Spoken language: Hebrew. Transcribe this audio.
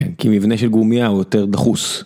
כן, כי מבנה של גומיה הוא יותר דחוס.